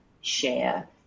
share